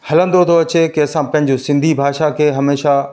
हलंदो थो अचे की असां पंहिंजे सिंधी भाषा खे हमेशह